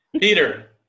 Peter